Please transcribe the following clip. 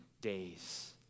days